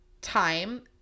time